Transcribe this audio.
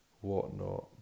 whatnot